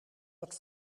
dat